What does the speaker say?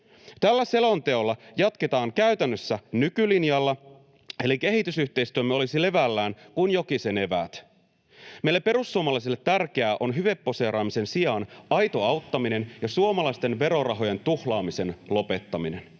Tällä selonteolla jatketaan käytännössä nykylinjalla, eli kehitysyhteistyömme olisi levällään kuin Jokisen eväät. Meille perussuomalaisille tärkeää on hyveposeeraamisen sijaan aito auttaminen ja suomalaisten verorahojen tuhlaamisen lopettaminen.